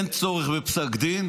אין צורך בפסק דין,